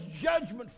judgment